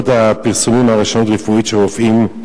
על רשלנות רפואית של רופאים,